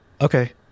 Okay